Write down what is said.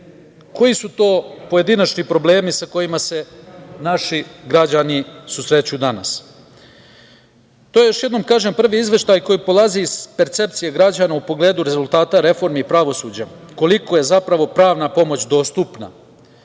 koji su to pojedinačni problemi sa kojima se naši građani susreću danas. To je, još jednom kažem, prvi Izveštaj koji polazi iz percepcije građana u pogledu rezultata reformi i pravosuđa, koliko je zapravo pravna pomoć dostupna,